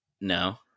No